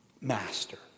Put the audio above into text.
Master